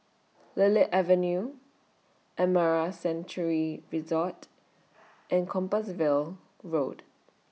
Lily Avenue Amara Sanctuary Resort and Compassvale Road